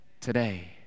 today